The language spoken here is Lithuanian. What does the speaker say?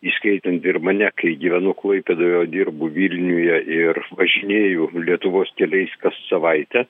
įskaitant ir mane kai gyvenu klaipėdoje o dirbu vilniuje ir važinėju lietuvos keliais kas savaitę